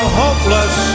hopeless